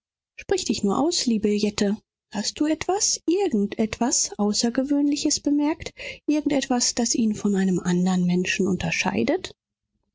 sprich dich nur aus liebe jette hast du etwas irgend etwas außergewöhnliches bemerkt irgend etwas das ihn von einem andern menschen unterscheidet